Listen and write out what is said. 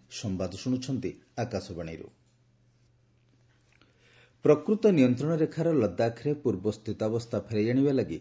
LAC ପ୍ରକୃତ ନିୟନ୍ତ୍ରଣ ରେଖାର ଲଦାଖ୍ରେ ପୂର୍ବ ସ୍ଥିତାବସ୍ଥା ଫେରାଇ ଆଣିବା ଲାଗି